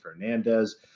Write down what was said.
Fernandez